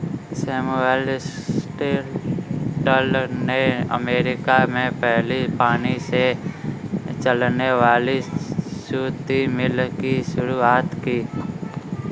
Samuel Slater ने America में पहली पानी से चलने वाली सूती मिल की शुरुआत की